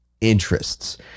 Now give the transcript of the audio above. interests